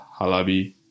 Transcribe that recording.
Halabi